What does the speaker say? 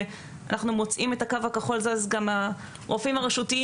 ואנחנו מוצאים את הקו הכחול ואז הרופאים הרשותיים